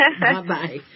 Bye-bye